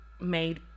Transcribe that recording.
made